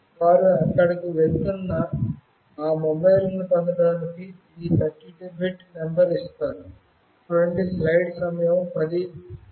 వారు అక్కడకు వెళ్తున్న ఆ మొబైల్లను పొందడానికి ఈ 32 బిట్ నంబర్ను ఇస్తారు